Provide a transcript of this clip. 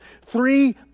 three